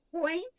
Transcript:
point